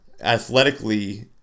athletically